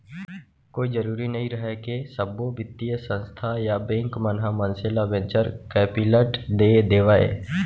कोई जरुरी नइ रहय के सब्बो बित्तीय संस्था या बेंक मन ह मनसे ल वेंचर कैपिलट दे देवय